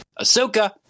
Ahsoka